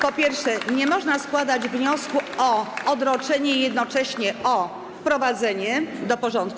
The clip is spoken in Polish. Po pierwsze, nie można składać wniosku o odroczenie i jednocześnie o wprowadzenie do porządku.